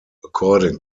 according